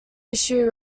issue